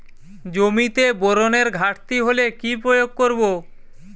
জমিতে বোরনের ঘাটতি হলে কি প্রয়োগ করব?